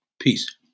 Peace